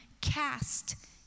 cast